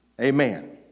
Amen